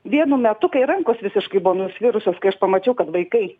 vienu metu kai rankos visiškai buvo nusvirusios kai aš pamačiau kad vaikai